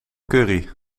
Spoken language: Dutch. curry